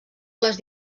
les